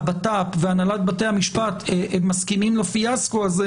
הבט"פ והנהלת בתי המשפט מסכימים לפיאסקו הזה